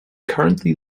currently